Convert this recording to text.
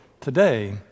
Today